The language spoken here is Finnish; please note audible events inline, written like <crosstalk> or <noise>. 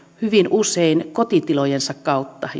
hyvin usein kotitilojensa kautta <unintelligible>